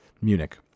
Munich